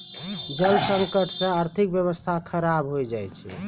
जल संकट से आर्थिक व्यबस्था खराब हो जाय छै